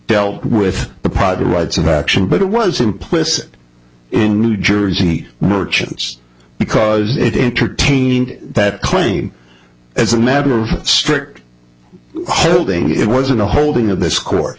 dealt with the prada rights about action but it was implicit in new jersey merchants because it intertainment that claim as a matter of strict holding it wasn't a holding of this court